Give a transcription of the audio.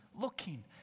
looking